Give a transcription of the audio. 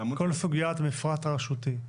כל סוגיית המפרט הרשותי.